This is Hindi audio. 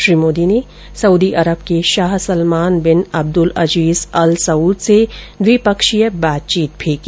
श्री मोदी ने सऊदी अरब के Shah Salman bin Abdul Aziz Al Saud से द्विपक्षीय बातचीत भी की